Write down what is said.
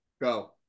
Go